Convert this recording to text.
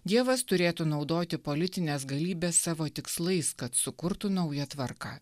dievas turėtų naudoti politines galybes savo tikslais kad sukurtų naują tvarką